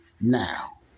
now